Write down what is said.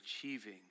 achieving